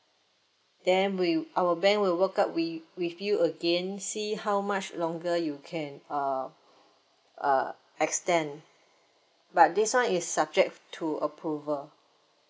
then we our bank will work out wi~ with you again see how much longer you can uh uh extend but this one is subject to approval